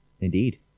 Indeed